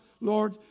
Lord